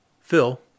Phil